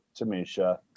Tamisha